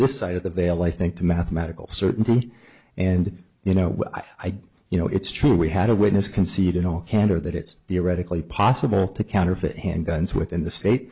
this side of the veil i think to mathematical certainty and you know i think you know it's true we had a witness concede in all candor that it's theoretically possible to counterfeit handguns within the state